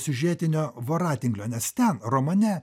siužetinio voratinklio nes ten romane